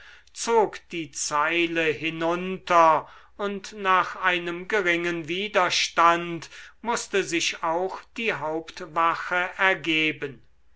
zog die zeile hinunter und nach einem geringen widerstand mußte sich auch die hauptwache ergeben